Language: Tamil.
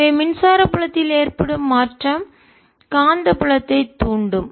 எனவே மின்சார புலத்தில் ஏற்படும் மாற்றம் காந்தப்புலத்தை தூண்டும்